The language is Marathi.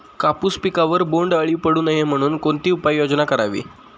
कापूस पिकावर बोंडअळी पडू नये म्हणून कोणती उपाययोजना करावी?